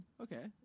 Okay